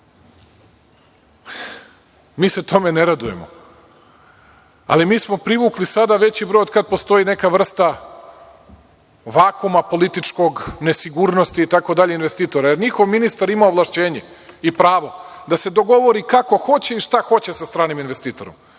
se tome ne radujemo, ali mi smo privukli sada veći broj od kada postoji neka vrsta vakuma političkog, nesigurnosti itd. investitora, jer je njihov ministar imao ovlašćenje i pravo da se dogovori kako hoće i šta hoće sa stranim investitorima.